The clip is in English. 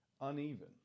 uneven